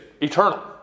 eternal